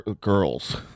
girls